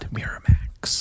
Miramax